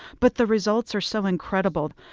but the results are so incredible.